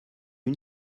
une